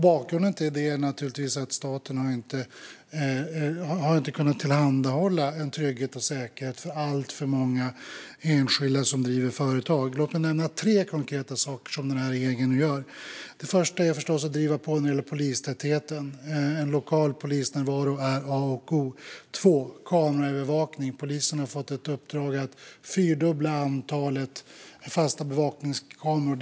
Bakgrunden till det är naturligtvis att staten inte har kunnat tillhandahålla trygghet och säkerhet för alltför många enskilda som driver företag, och jag kan nämna tre konkreta saker som regeringen nu gör. Det första är förstås att driva på när det gäller polistätheten. En lokal polisnärvaro är A och O. Det andra är kameraövervakning. Polisen har fått ett uppdrag att fyrdubbla antalet fasta bevakningskameror.